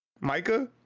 Micah